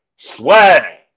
Swag